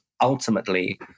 ultimately